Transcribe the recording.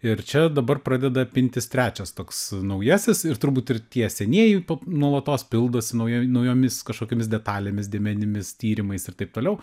ir čia dabar pradeda pintis trečias toks naujasis ir turbūt ir tie senieji nuolatos pildosi naujo naujomis kažkokiomis detalėmis dėmenimis tyrimais ir taip toliau